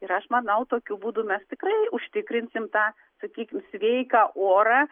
ir aš manau tokiu būdu mes tikrai užtikrinsim tą sakykim sveiką orą